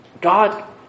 God